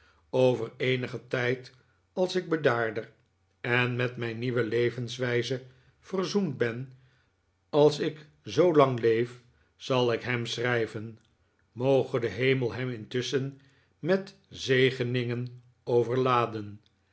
over eenigen tijd als ik bedaarder en met mijn nieuwe levenswijze verzoend ben als ik zoolang leef zal ik hem schrijven moge de hemel hem intusschen met zegeningen overladen